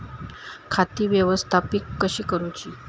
खाती व्यवस्थापित कशी करूची?